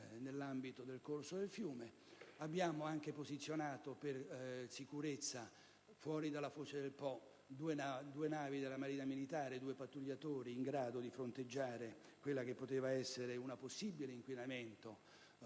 nell'ambito del corso del fiume; abbiamo posizionato per sicurezza, fuori dalla foce del Po, due navi della Marina militare, due pattugliatori in grado di fronteggiare quello che poteva essere un possibile inquinamento